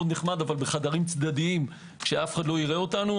בחדרים צדדיים שאף אחד לא יראה אותנו.